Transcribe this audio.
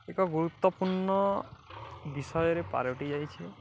ଏକ ଗୁରୁତ୍ୱପୂର୍ଣ୍ଣ ବିଷୟରେ ପାଲଟି ଯାଇଛି